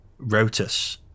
Rotus